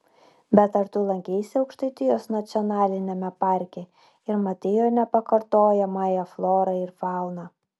bet ar tu lankeisi aukštaitijos nacionaliniame parke ir matei jo nepakartojamąją florą ir fauną